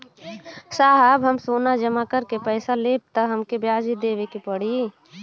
साहब हम सोना जमा करके पैसा लेब त हमके ब्याज भी देवे के पड़ी?